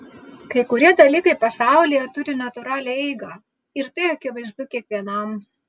kai kurie dalykai pasaulyje turi natūralią eigą ir tai akivaizdu kiekvienam